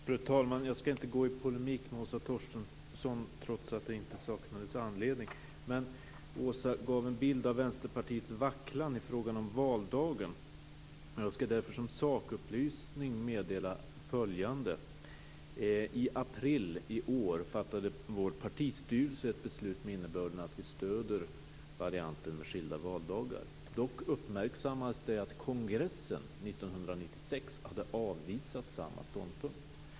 Fru talman! Jag ska inte gå i polemik mot Åsa Torstensson, trots att det inte saknas anledning. Men Åsa Torstensson gav en bild av Vänsterpartiets vacklan i fråga om valdagen, och jag ska därför som sakupplysning meddela följande. I april i år fattade vår partistyrelse ett beslut med innebörden att vi stöder varianten med skilda valdagar. Dock uppmärksammades att kongressen 1996 hade avvisat samma ståndpunkt.